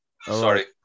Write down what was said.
Sorry